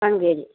one K G